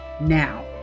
now